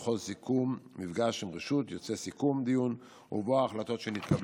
לכל סיכום מפגש עם רשות יצא סיכום דיון ובו ההחלטות שהתקבלו.